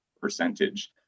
percentage